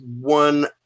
one